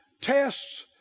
tests